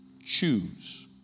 choose